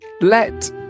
Let